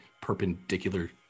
perpendicular